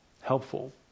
helpful